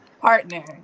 partner